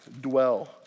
dwell